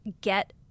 get